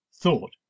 thought